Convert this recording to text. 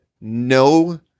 no